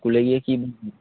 স্কুলে গিয়ে কি বুঝলি